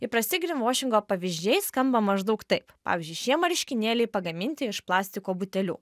įprasti grinvošingo pavyzdžiai skamba maždaug taip pavyzdžiui šie marškinėliai pagaminti iš plastiko butelių